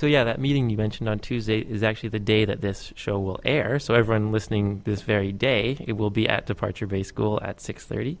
so yeah that meeting you mentioned on tuesday is actually the day that this show will air so everyone listening this very day it will be at departure bay school at six thirty